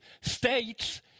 states